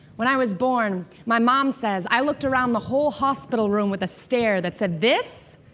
when i was born, my mom says, i looked around the whole hospital room with a stare that said, this?